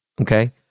Okay